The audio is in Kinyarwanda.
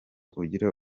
ugira